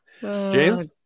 James